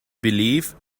believe